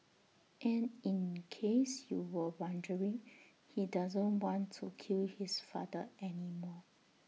and in case you were wondering he doesn't want to kill his father anymore